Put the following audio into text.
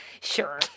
Sure